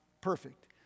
perfect